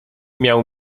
miał